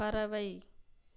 பறவை